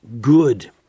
good